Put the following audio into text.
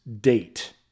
date